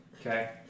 okay